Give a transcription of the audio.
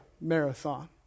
marathon